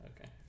Okay